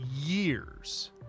years